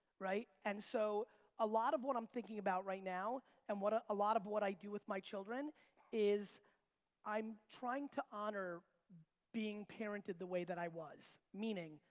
right, and so a lot of what i'm thinking about right now and ah a lot of what i do with my children is i'm trying to honor being parented the way that i was. meaning,